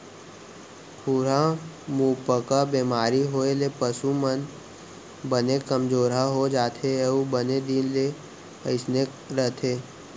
खुरहा मुहंपका बेमारी होए ले पसु मन बने कमजोरहा हो जाथें अउ बने दिन ले अइसने रथें